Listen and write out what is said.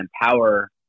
empower